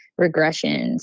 regressions